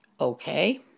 Okay